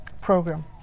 program